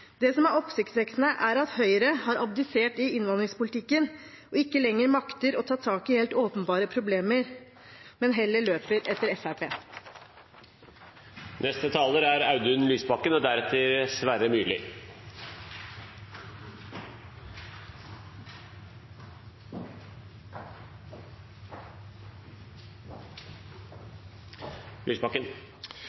Det som er oppsiktsvekkende, er at Høyre har abdisert i innvandringspolitikken og ikke lenger makter å ta tak i helt åpenbare problemer, men heller løper etter Fremskrittspartiet. Det er